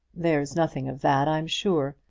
there's nothing of that, i'm sure.